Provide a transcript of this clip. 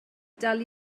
dal